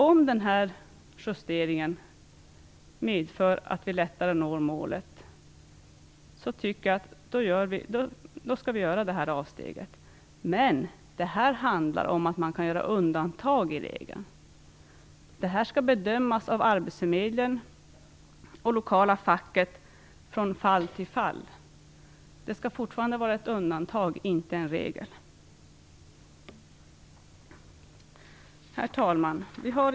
Om denna justering medför att vi lättare når målet tycker jag att vi skall göra avsteget i fråga. Men här handlar det om undantag i regeln. Detta skall från fall till fall bedömas av arbetsförmedlingen och det lokala facket. Det rör sig alltså fortfarande om ett undantag, inte om en regel. Herr talman!